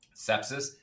sepsis